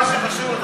מה שחשוב,